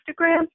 instagram